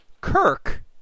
Kirk